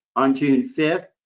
on june fifth,